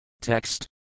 Text